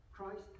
Christ